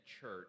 church